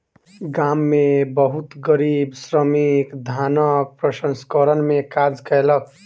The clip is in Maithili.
गाम में बहुत गरीब श्रमिक धानक प्रसंस्करण में काज कयलक